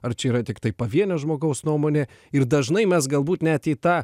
ar čia yra tiktai pavienio žmogaus nuomonė ir dažnai mes galbūt net į tą